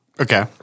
Okay